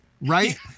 right